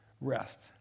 rest